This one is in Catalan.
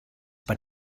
per